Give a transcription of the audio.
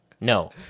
No